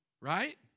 right